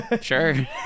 sure